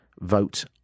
vote